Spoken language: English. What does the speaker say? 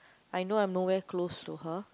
I know I'm nowhere close to her